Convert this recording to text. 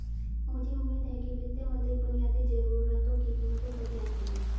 मुझे उम्मीद है कि वित्त मंत्री बुनियादी जरूरतों की कीमतों पर ध्यान देंगे